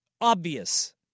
obvious